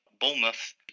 Bournemouth